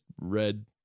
red